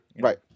right